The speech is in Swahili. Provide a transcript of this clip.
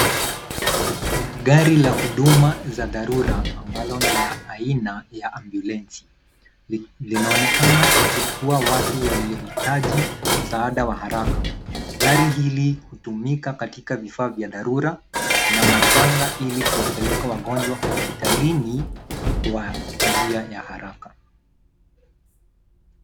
Kuna gari la huduma za dharura ambalo ni la aina ya ambulensi. Linaonekaana kuchukua watu walioitaji msaada wa haraka. Gari hili hutumika katika vifaa vya dharura na majanga ili kuwapeleka wagonjwa hospitalini kwa njia ya haraka.